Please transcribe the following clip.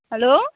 hello